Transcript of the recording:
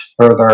further